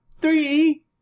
Three